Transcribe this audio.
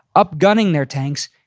up gunning their tanks,